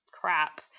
crap